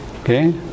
okay